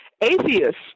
Atheists